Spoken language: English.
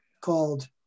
called